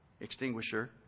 extinguisher